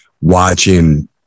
watching